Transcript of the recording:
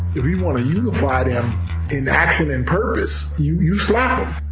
if you want to unify them in action and purpose, you you slap